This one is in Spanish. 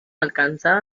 alcanzado